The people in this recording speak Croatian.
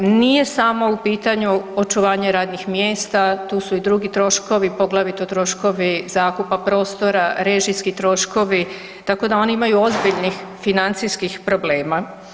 Nije samo u pitanju očuvanje radnih mjesta, tu su i drugi troškovi, poglavito troškovi zakupa prostora, režijski troškovi tako da oni imaju ozbiljnih financijskih problema.